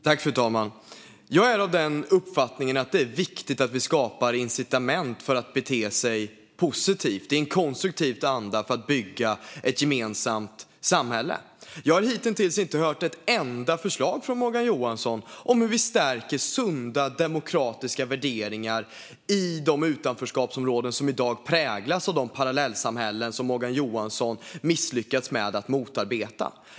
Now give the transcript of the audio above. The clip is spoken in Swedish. Fru talman! Jag är av den uppfattningen att det är viktigt att vi skapar incitament för att bete sig positivt, i en konstruktiv anda, för att bygga ett gemensamt samhälle. Jag har hitintills inte hört ett enda förslag från Morgan Johansson om hur vi stärker sunda demokratiska värderingar i de utanförskapsområden som i dag präglas av de parallellsamhällen som Morgan Johansson misslyckats med att motarbeta.